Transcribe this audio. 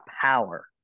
power